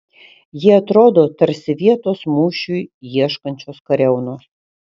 jie atrodo tarsi vietos mūšiui ieškančios kariaunos